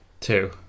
Two